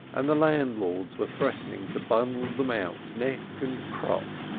and landlords were threatening to bundle them out neck and crop,